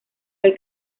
del